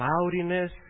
cloudiness